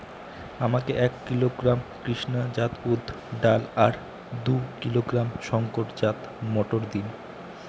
আমাকে এক কিলোগ্রাম কৃষ্ণা জাত উর্দ ডাল আর দু কিলোগ্রাম শঙ্কর জাত মোটর দিন?